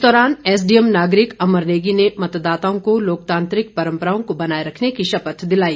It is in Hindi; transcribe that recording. इस दौरान एसडीएम नागरिक अमर नेगी ने मतदाताओं को लोकतांत्रिक परम्पराओं को बनाए रखने की शपथ दिलवाई